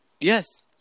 Yes